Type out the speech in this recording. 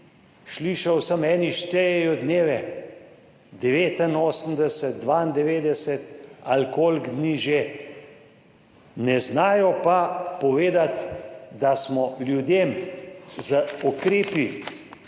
slišal sem, eni štejejo dneve, 89, 92 ali koliko dni že, ne znajo pa povedati, da smo ljudem z ukrepi